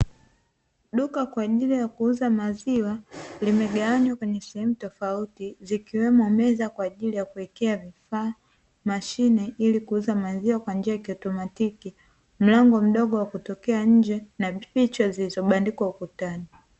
Duka kwa ajili ya kuuza maziwa limegawanywa kwenye sehemu tofauti zikiwemo meza kwa ajili ya kuwekea vifaa, mashine ili kuuza maziwa kwa njia ya kiautomatiki, mlango mdogo wa kutokea nje na picha zilizobandikwa ukutani.